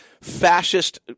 fascist